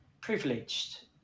privileged